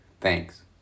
Thanks